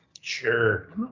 Sure